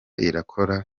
irakora